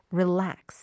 relax